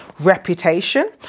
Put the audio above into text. reputation